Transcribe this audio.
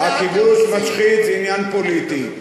"הכיבוש משחית" זה עניין פוליטי.